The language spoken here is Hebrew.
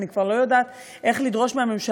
אני כבר לא יודעת איך לדרוש מהממשלה,